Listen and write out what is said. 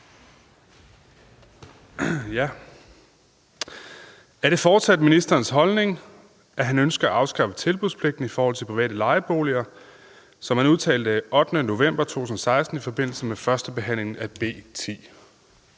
Er det fortsat ministerens holdning, at han ønsker at afskaffe tilbudspligten i forhold til private lejeboliger, sådan som han udtalte den 8. november 2016 i forbindelse med førstebehandlingen af B 10?